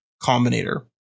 combinator